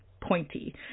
pointy